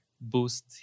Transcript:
boost